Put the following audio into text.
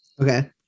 Okay